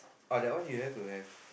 uh that one you have to have